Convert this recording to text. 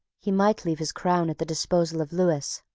he might leave his crown at the disposal of lewis.